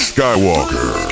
Skywalker